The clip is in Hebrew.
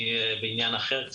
אני בעניין אחר,